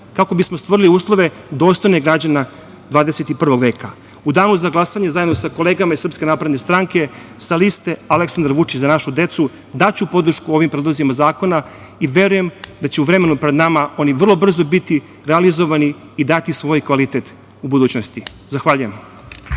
kako bismo stvorili uslove dostojne građana XXI veka.U danu za glasanje, zajedno sa kolegama iz Srpske napredne stranke, sa liste Aleksandar Vučić – Za našu decu, daću podršku ovim predlozima zakona i verujem da će u vremenu pred nama oni vrlo brzo biti realizovani i dati svoj kvalitet u budućnosti. Zahvaljujem.